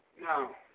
No